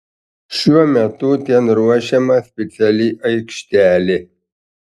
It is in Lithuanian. šiuo metu ten ruošiama speciali aikštelė